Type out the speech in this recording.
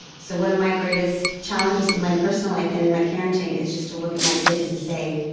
so one of my greatest challenges in my personal life and in my parenting is just to look at my kids and say,